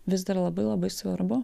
vis dar labai labai svarbu